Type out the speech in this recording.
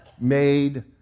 made